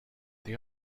they